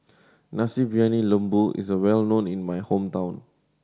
Nasi Briyani Lembu is well known in my hometown